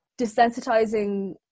desensitizing